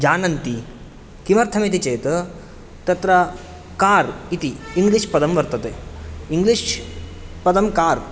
जानन्ति किमर्थमिति चेत् तत्र कार् इति इङ्ग्लिष् पदं वर्तते इङ्ग्लिष् पदं कार्